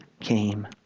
came